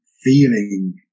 Feeling